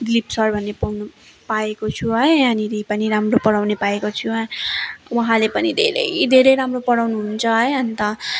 Dilip sir भन्ने पाउनु पाएको छु है यहाँनिर पनि राम्रो पढाउने पाएको छु है उहाँले पनि धेरै धेरै राम्रो पढाउनु हुन्छ है अन्त